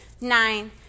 nine